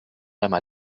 einmal